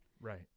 Right